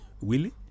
willie